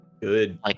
Good